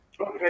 Okay